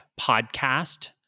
podcast